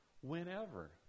Whenever